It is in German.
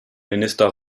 minister